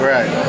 Right